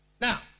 Now